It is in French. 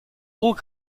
haut